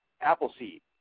Appleseed